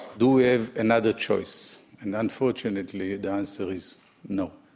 do we have another choice? and unfortunately, the answer is no.